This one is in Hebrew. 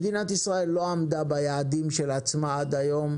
מדינת ישראל לא עמדה ביעדים של עצמה עד היום,